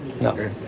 no